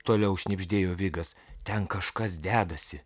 toliau šnibždėjo vigas ten kažkas dedasi